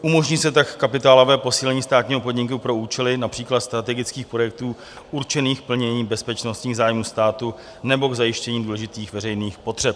Umožní se tak kapitálové posílení státního podniku pro účely například strategických projektů určených k plnění bezpečnostních zájmů státu nebo k zajištění důležitých veřejných potřeb.